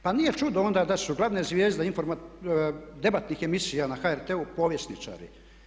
Pa nije čudno onda da su glavne zvijezde debatnih emisija na HRT-u povjesničari.